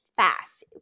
fast